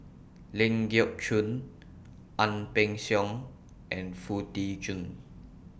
Ling Geok Choon Ang Peng Siong and Foo Tee Jun